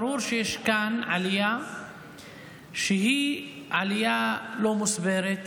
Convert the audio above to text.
ברור שיש כאן עלייה שהיא עלייה לא מוסברת.